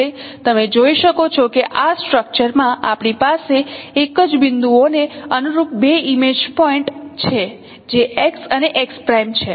હવે તમે જોઈ શકો છો કે આ સ્ટ્રક્ચરમાં આપણી પાસે એક જ બિંદુઓને અનુરૂપ બે ઇમેજ પોઇન્ટ છે જે x અને x' છે